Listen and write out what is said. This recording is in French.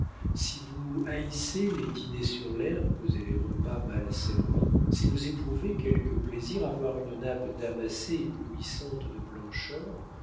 si vous haïssez les dîners sur l'herbe et les repas mal servis si vous éprouvez quelque plaisir à voir une nappe damassée éblouissante de blancheur